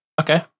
Okay